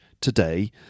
today